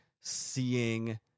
seeing